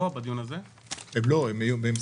אתם